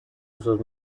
usos